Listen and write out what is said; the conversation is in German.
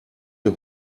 der